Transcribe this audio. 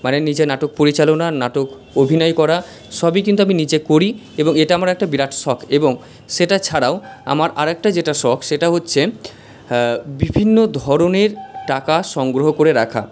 মানে নিজে নাটক পরিচালনা নাটক অভিনয় করা সবই কিন্তু আমি নিজে করি এবং এটা আমার একটা বিরাট শখ এবং সেটা ছাড়াও আমার আরেকটা যেটা শখ সেটা হচ্ছে বিভিন্ন ধরনের টাকা সংগ্রহ করে রাখা